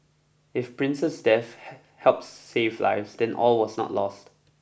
if prince's death hell helps save lives then all was not lost